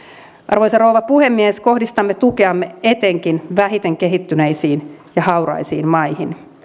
arvoisa rouva puhemies kohdistamme tukeamme etenkin vähiten kehittyneisiin ja hauraisiin maihin